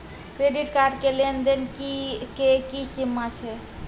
Credit card के लेन देन के की सीमा छै?